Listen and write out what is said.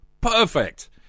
Perfect